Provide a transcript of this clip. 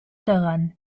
daran